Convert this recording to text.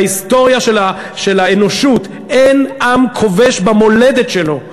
בהיסטוריה של האנושות אין עם כובש במולדת שלו.